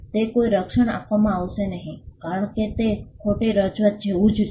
તે કોઈ રક્ષણ આપવામાં આવશે નહીં કારણ કે તે ખોટી રજૂઆત જેવુ જ છે